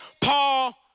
Paul